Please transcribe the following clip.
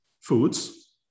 foods